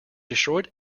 destroyed